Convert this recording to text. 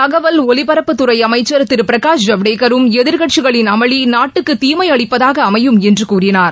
தகவல் ஒலிபரப்புத்துறை அமைச்சர் திரு பிரகாஷ் ஜவ்டேகரும் எதிர்க்கட்சிகளின் அமளி நாட்டுக்கு தீமையளிப்பதாக அமையும் என்று கூறினார்